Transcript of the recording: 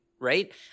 right